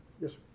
Yes